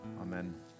Amen